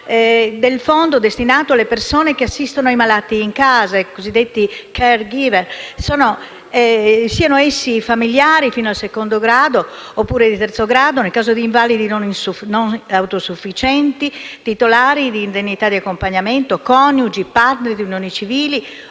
del fondo destinato alle persone che assistono i malati in casa (i cosiddetti *caregiver*), siano essi familiari (fino al secondo grado oppure al terzo grado nel caso di invalidi non autosufficienti titolari di indennità di accompagnamento), coniugi, *partner* di unioni civili